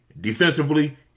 Defensively